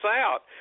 out